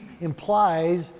implies